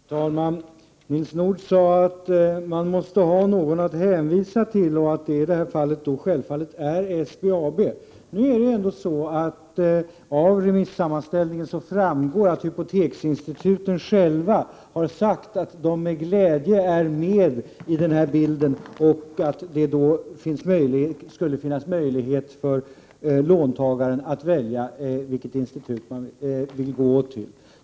Fru talman! Nils Nordh sade att man måste ha någon att hänvisa till och att det i det här sammanhanget självfallet är SBAB. Av remissammanställningen framgår att hypoteksinstituten själva har sagt att de med glädje är med i bilden. Då skulle det finnas möjligheter för låntagare att välja vilket institut de vill gå till.